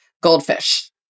goldfish